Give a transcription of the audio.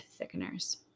thickeners